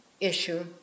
issue